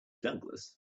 douglas